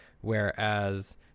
whereas